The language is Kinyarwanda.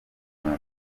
nyuma